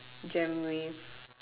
jam with